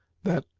that,